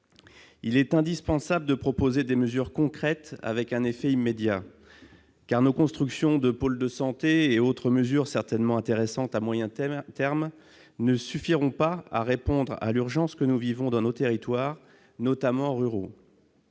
Il est indispensable de proposer des mesures concrètes, avec un effet immédiat, car les constructions de pôles de santé et autres mesures, certainement intéressantes à moyen terme, ne suffiront pas à répondre à l'urgence que nous vivons dans nos territoires, notamment ruraux.